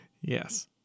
yes